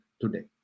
today